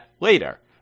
later